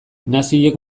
naziek